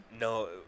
No